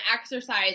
exercise